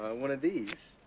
one of these.